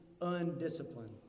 undisciplined